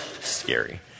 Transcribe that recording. Scary